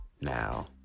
Now